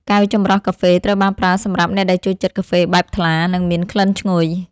កែវចម្រោះកាហ្វេ ត្រូវបានប្រើសម្រាប់អ្នកដែលចូលចិត្តកាហ្វេបែបថ្លា និងមានក្លិនឈ្ងុយ។